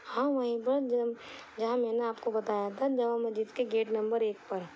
ہاں وہیں پر جہاں میں نے آپ کو بتایا تھا جامع مسجد کے گیٹ نمبر ایک پر